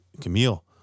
Camille